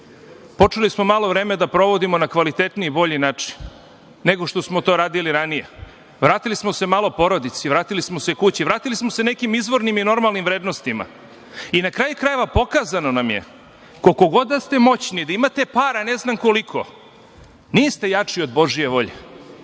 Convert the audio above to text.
počeli smo vreme da provodimo na kvalitetniji, bolji način nego što smo to radili ranije, vratili smo se malo porodici, vratili smo se kući, vratili smo se nekim izvornim i normalnim vrednostima. Na kraju krajeva, pokazano nam je, koliko god da ste moćni, da imate para ne znam koliko, niste jači od Božije volje,